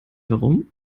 warum